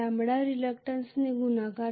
lambda रिलक्टंन्सने गुणाकार